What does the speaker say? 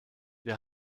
wir